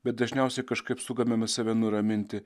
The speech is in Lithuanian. bet dažniausiai kažkaip sugebame save nuraminti